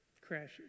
crashes